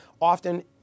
often